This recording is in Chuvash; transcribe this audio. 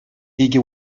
икӗ